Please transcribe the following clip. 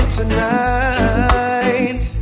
tonight